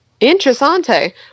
Interessante